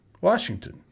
Washington